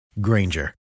Granger